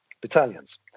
battalions